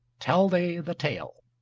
tell they the tale